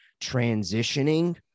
transitioning